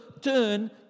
turn